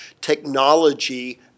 technology